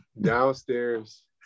downstairs